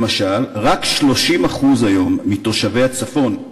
למשל, היום רק 30% מתושבי הצפון,